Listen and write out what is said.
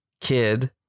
Kid